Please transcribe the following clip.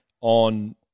on